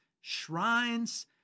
shrines